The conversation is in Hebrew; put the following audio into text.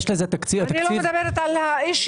אני אומרת שאין לזה תקציב.